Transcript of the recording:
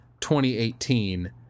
2018